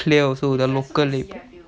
clear also the local label